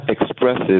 expressive